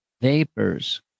vapors